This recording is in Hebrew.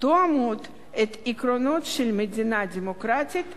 תואמים את העקרונות של מדינה דמוקרטית מודרנית.